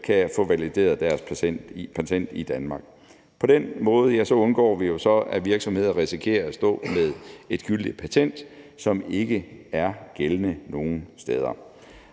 kan få valideret deres patent i Danmark. På den måde undgår vi så, at virksomheder risikerer at stå med et gyldigt patent, som ikke er gældende nogen steder.